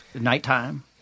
nighttime